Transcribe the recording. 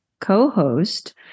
co-host